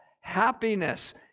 happiness